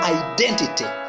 identity